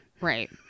Right